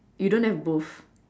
you don't have both